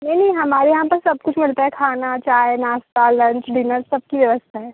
नहीं नहीं हमारे यहाँ पर सब कुछ मिलता है खाना चाय नाश्ता लंच डिनर सबकी व्यवस्था है